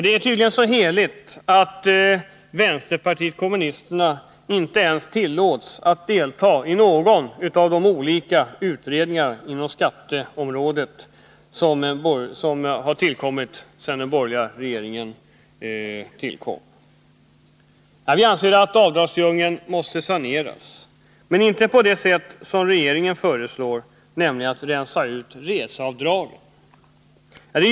Det är så heligt att vänsterpartiet kommunisterna inte tillåts att ens delta i någon av de olika utredningar på skatteområdet som tillsatts sedan den borgerliga regeringen tillkom. Avdragsdjungeln måste saneras, men inte på det sätt som regeringen föreslår, nämligen genom att man rensar ut reseavdragen.